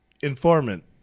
informant